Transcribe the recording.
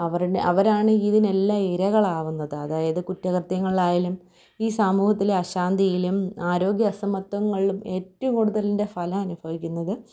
അവരുടെ അവരാണ് ഇതിനെല്ലാം ഇരകളാകുന്നത് അതായത് കുറ്റകൃത്യങ്ങളായാലും ഈ സമൂഹത്തിലെ അശാന്തിയിലും ആരോഗ്യ അസമത്വങ്ങളും ഏറ്റവും കൂടുതലിതിൻ്റെ ഫലം അനുഭവിക്കുന്നത്